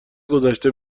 گذشته